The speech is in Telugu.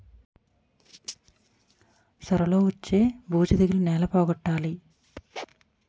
సొర లో వచ్చే బూజు తెగులని ఏల పోగొట్టాలి?